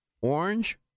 Orange